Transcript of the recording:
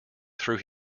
threw